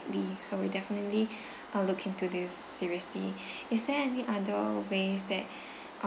~ly so we'll definitely uh look into this seriously is there any other ways that